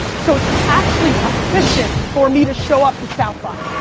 so it's actually efficient for me to show up to south-by.